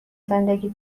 زندگیت